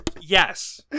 Yes